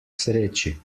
sreči